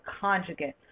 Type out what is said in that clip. conjugate